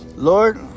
Lord